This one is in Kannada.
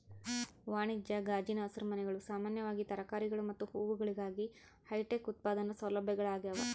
ವಾಣಿಜ್ಯ ಗಾಜಿನ ಹಸಿರುಮನೆಗಳು ಸಾಮಾನ್ಯವಾಗಿ ತರಕಾರಿಗಳು ಮತ್ತು ಹೂವುಗಳಿಗಾಗಿ ಹೈಟೆಕ್ ಉತ್ಪಾದನಾ ಸೌಲಭ್ಯಗಳಾಗ್ಯವ